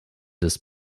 des